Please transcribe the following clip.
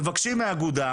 מבקשים מאגודה,